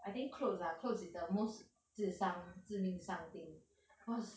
I think clothes lah clothes is the most 自伤自命伤 thing cause